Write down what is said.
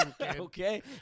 Okay